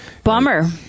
Bummer